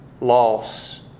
loss